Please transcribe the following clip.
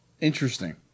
Interesting